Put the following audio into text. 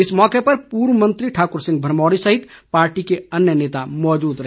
इस मौके पर पूर्व मंत्री ठाकुर सिंह भरमौरी सहित पार्टी के अन्य नेता मौजूद रहे